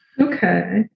Okay